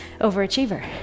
overachiever